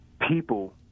people